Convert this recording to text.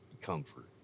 comfort